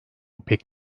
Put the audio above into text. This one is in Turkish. pek